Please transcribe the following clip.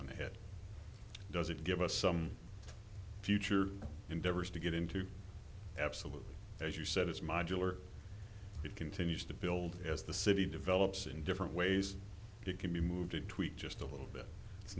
on the head does it give us some future endeavors to get into absolutely as you said it's modular it continues to build as the city develops in different ways it can be moved it tweaked just a little bit it's